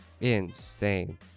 insane